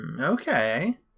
okay